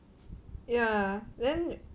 ya then